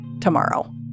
tomorrow